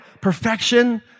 Perfection